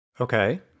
Okay